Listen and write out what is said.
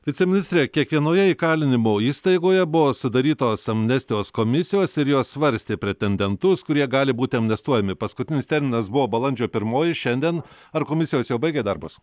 viceministre kiekvienoje įkalinimo įstaigoje buvo sudarytos amnestijos komisijos ir jos svarstė pretendentus kurie gali būti amnestuojami paskutinis terminas buvo balandžio pirmoji šiandien ar komisijos jau baigė darbus